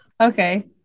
Okay